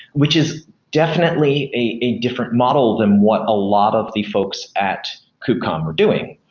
which is definitely a different model than what a lot of the folks at cube-con were doing.